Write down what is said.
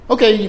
Okay